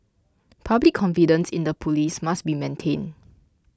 public confidence in the police must be maintained